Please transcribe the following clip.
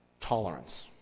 tolerance